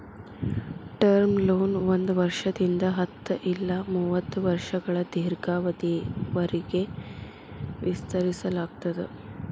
term loan ಒಂದ್ ವರ್ಷದಿಂದ ಹತ್ತ ಇಲ್ಲಾ ಮೂವತ್ತ ವರ್ಷಗಳ ದೇರ್ಘಾವಧಿಯವರಿಗಿ ವಿಸ್ತರಿಸಲಾಗ್ತದ